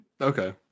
Okay